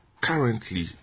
currently